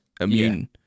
immune